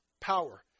power